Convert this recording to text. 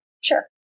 Sure